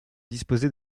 disposés